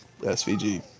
SVG